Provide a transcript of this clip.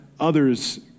others